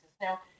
Now